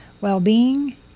well-being